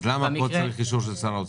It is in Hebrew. אז למה פה צריך אישור של שר האוצר?